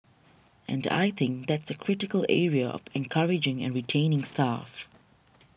and I think that's a critical area of encouraging and retaining staff